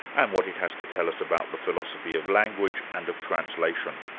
and what it has to tell us about the philosophy of language and of translation.